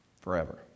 forever